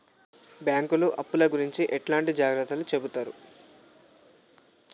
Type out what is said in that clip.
బ్యాంకులు అప్పుల గురించి ఎట్లాంటి జాగ్రత్తలు చెబుతరు?